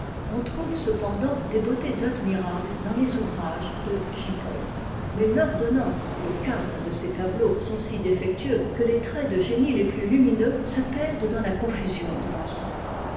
on trouve cependant des beautés admirables dans les ouvrages de j paul mais l'ordonnance et le cadre de ses tableaux sont si défectueux que les traits de génie les plus lumineux se perdént dans la confusion de l'ensemble